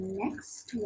next